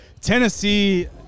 Tennessee